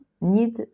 need